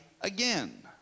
again